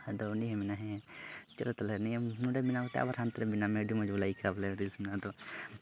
ᱟᱫᱚ ᱩᱱᱤ ᱦᱚᱸᱭ ᱢᱮᱱᱟ ᱦᱮᱸ ᱪᱚᱞᱚ ᱛᱟᱦᱚᱞᱮ ᱱᱚᱰᱮ ᱵᱮᱱᱟᱣ ᱠᱟᱛᱮᱫ ᱟᱵᱟᱨ ᱦᱟᱱᱛᱮ ᱨᱮ ᱵᱮᱱᱟᱣ ᱢᱮ ᱟᱹᱰᱤ ᱢᱚᱡᱽ ᱵᱚᱞᱮ ᱟᱹᱭᱠᱟᱹᱜᱼᱟ ᱵᱚᱞᱮ ᱨᱤᱞᱥ ᱵᱮᱱᱟᱣ ᱫᱚ